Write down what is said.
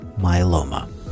myeloma